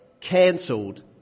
cancelled